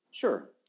Sure